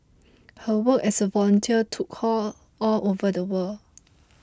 her work as a volunteer took her all over the world